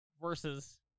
Versus